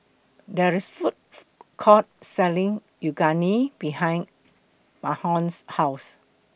There IS A Food Court Selling Unagi behind Mahlon's House